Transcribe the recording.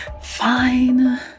Fine